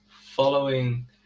following